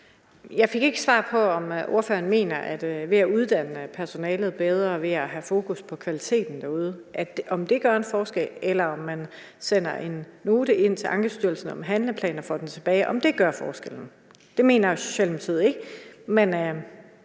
Jeg fik ikke svar på, om ordføreren mener, at det, der gør en forskel, er at uddanne personalet bedre og have fokus på kvaliteten derude, eller om det er det, at man sender en note ind til Ankestyrelsen om handleplaner og får den tilbage, der gør forskellen. Det mener Socialdemokratiet ikke